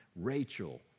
Rachel